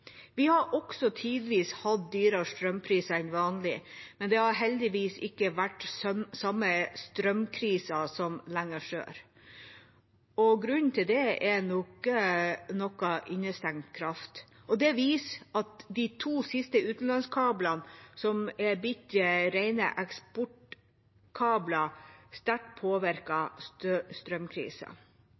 Vi har også tidvis hatt dyrere strømpriser enn vanlig, men det har heldigvis ikke vært samme strømkrise som lenger sør. Grunnen til det er nok innestengt kraft, og det viser at de to siste utenlandskablene, som er blitt rene eksportkabler, sterkt